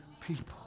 people